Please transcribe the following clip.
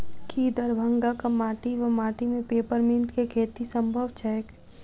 की दरभंगाक माटि वा माटि मे पेपर मिंट केँ खेती सम्भव छैक?